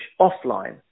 offline